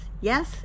Yes